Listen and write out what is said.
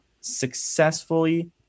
successfully